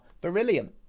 beryllium